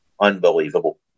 unbelievable